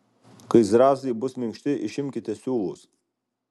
kai zrazai bus minkšti išimkite siūlus